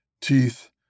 teeth